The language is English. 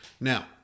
Now